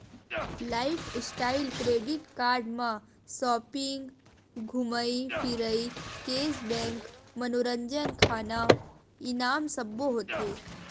lifestyle credit card म shopping, धूमई फिरई, केस बेंक, मनोरंजन, खाना, इनाम सब्बो होथे